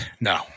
No